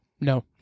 No